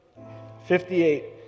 58